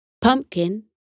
Pumpkin